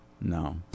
No